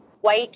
white